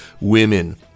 Women